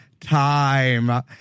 time